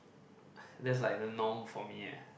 that's like the norm for me eh